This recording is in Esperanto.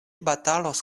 batalos